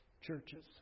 churches